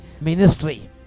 ministry